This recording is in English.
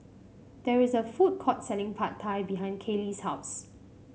there is a food court selling Pad Thai behind Kaley's house